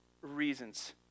reasons